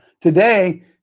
today